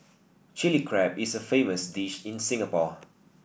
Chilli Crab is a famous dish in Singapore